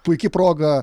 puiki proga